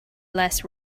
less